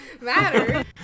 matter